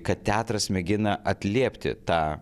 kad teatras mėgina atliepti tą